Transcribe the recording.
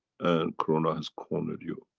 and corona has cornered you.